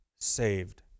saved